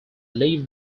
live